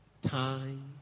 Time